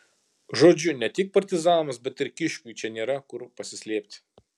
žodžiu ne tik partizanams bet ir kiškiui čia nėra kur pasislėpti